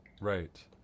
Right